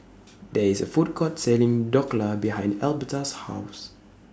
There IS A Food Court Selling Dhokla behind Elberta's House